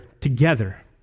together